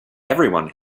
everyone